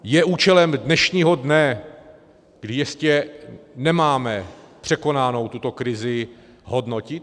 Je účelem dnešního dne, kdy ještě nemáme překonanou tuto krizi, hodnotit?